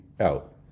out